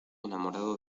enamorado